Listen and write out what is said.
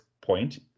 point